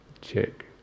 check